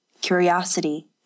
curiosity